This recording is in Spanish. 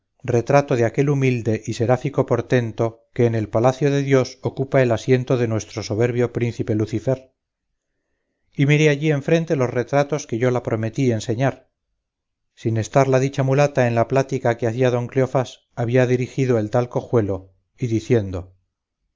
retrato de aquel humilde y seráfico portento que en el palacio de dios ocupa el asiento de nuestro soberbio príncipe lucifer y mire allí enfrente los retratos que yo la prometí enseñar sin estar la dicha mulata en la plática que hacia don cleofás había dirigido el tal cojuelo y diciendo